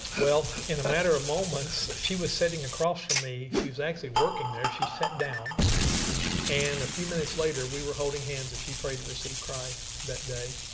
well in a matter of ah moments she was sitting across from me. she was actually working there, she sat down and a few minutes later we were holding hands as she prayed to receive christ that day.